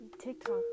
TikTok